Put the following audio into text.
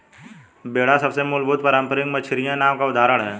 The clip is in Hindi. बेड़ा सबसे मूलभूत पारम्परिक मछियारी नाव का उदाहरण है